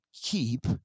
keep